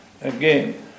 again